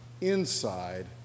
inside